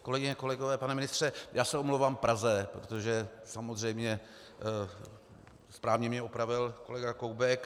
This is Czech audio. Kolegyně a kolegové, pane ministře, já se omlouvám Praze, protože samozřejmě správně mě opravil kolega Koubek.